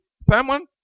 Simon